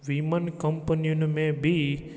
women कंपनियुनि में बि